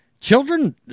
children